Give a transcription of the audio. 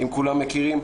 אם כולם מכירים,